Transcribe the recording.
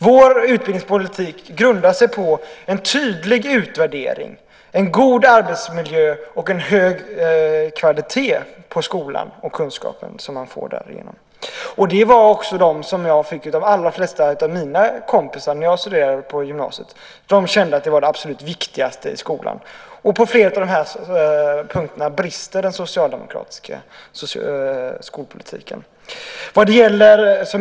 Vår utbildningspolitik grundar sig på en tydlig utvärdering, en god arbetsmiljö och en hög kvalitet på skolan och de kunskaper som man får där. Det var också de krav som de flesta av mina kompisar ställde på gymnasiet när jag studerade där. De tyckte att detta var det absolut viktigaste i skolan. På flera av dessa punkter brister den socialdemokratiska skolpolitiken.